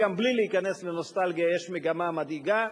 גם בלי להיכנס לנוסטלגיה יש מגמה מדאיגה.